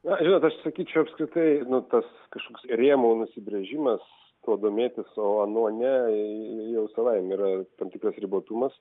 jo žinot aš sakyčiau apskritai nu tas kažkoks rėmų nusibrėžimas tuo domėtis o anuo ne jau savaime yra tam tikras ribotumas